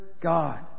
God